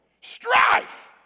Strife